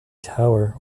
tower